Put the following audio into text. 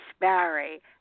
Barry